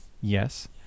Yes